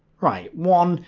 right one.